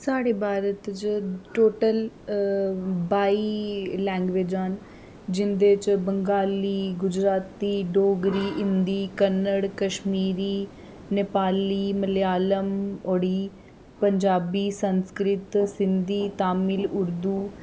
साढ़े भारत च टोटल बाई लैंगवेजां न जिंदे च बंगाली गुजराती डोगरी हिंदी कन्नड़ कश्मीरी नेपाली मलयालम ओडी पंजाबी संस्कृ त सिंधी तामिल उर्दू